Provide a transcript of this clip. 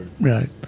Right